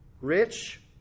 rich